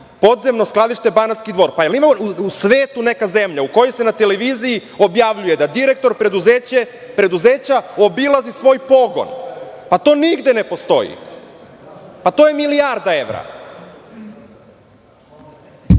podzemno skladište Banatski Dvor. Ima li u svetu neka zemlja u kojoj se na televiziji objavljuje da direktor preduzeća obilazi svoj pogon? To nigde ne postoji. To je milijarda evra.